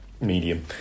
medium